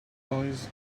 advise